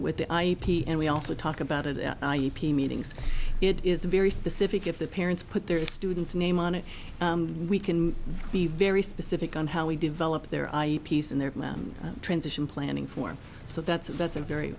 with the ip and we also talk about it it is very specific if the parents put their student's name on it we can be very specific on how we develop their i e piece in their transition planning for so that's a that's a very